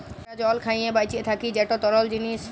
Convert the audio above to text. আমরা জল খাঁইয়ে বাঁইচে থ্যাকি যেট তরল জিলিস